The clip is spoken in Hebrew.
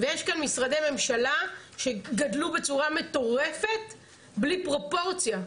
ויש כאן משרדי ממשלה שגדלו בצורה מטורפת בלי פרופורציה.